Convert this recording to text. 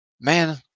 Man